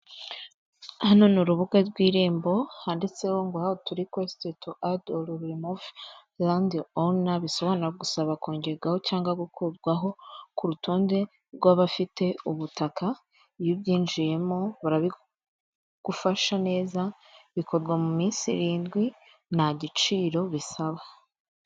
Hano ni urubuga rw'irembo handitseho ngo "hawo tu rekwesiti tu adi oru rimuvu landi owuna", bisobanura gusaba kongerwaho cyangwa gukurwaho ku rutonde rw'abafite ubutaka, iyo ubyinjiyemo burabigufasha neza bikorwa mu minsi irindwi nta giciro bisaba.